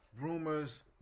rumors